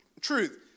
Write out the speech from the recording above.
truth